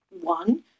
one